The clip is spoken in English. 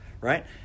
right